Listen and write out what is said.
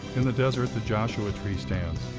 in the desert, the joshua tree stands,